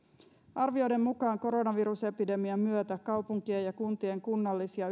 arvioiden mukaan koronavirusepidemian myötä kaupunkien ja kuntien kunnallis ja